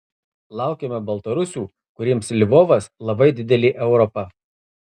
laukiame baltarusių kuriems lvovas labai didelė europa